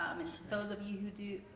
those of you who do,